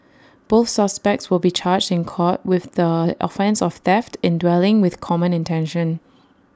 both suspects will be charged in court with the offence of theft in dwelling with common intention